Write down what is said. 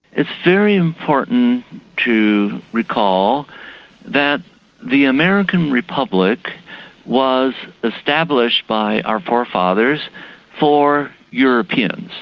it's very important to recall that the american republic was established by our forefathers for europeans.